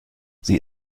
sie